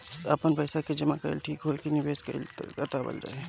आपन पइसा के जमा कइल ठीक होई की निवेस कइल तइका बतावल जाई?